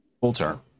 full-term